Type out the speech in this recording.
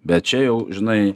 bet čia jau žinai